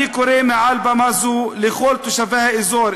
אני קורא מעל במה זו לכל תושבי האזור,